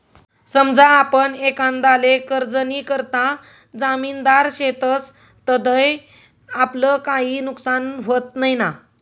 समजा आपण एखांदाले कर्जनीकरता जामिनदार शेतस तधय आपलं काई नुकसान व्हत नैना?